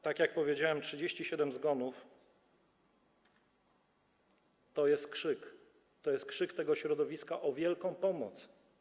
Tak jak powiedziałem, 37 zgonów to jest krzyk, to jest krzyk tego środowiska o wielką pomoc.